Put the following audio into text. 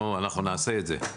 אנחנו נעשה את זה.